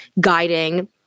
guiding